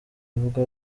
avuga